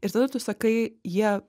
ir tada tu sakai jie